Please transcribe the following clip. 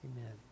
Amen